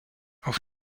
auf